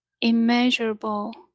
immeasurable